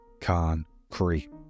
concrete